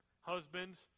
Husbands